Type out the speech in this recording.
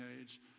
age